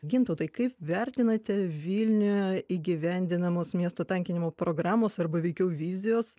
gintautai kaip vertinate vilniuje įgyvendinamos miesto tankinimo programos arba veikiau vizijos